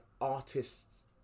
artists